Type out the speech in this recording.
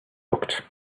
looked